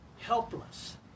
helpless